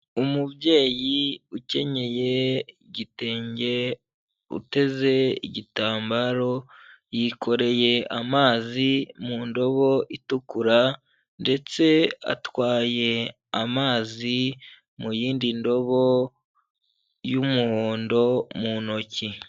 Umubyeyi ukenyeye igitenge, uteze igitambaro, yikoreye amazi mu ndobo itukura ndetse atwaye amazi mu yindi ndobo y'umuhondo mu ntoki.